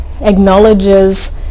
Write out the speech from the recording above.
acknowledges